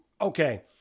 Okay